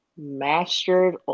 Mastered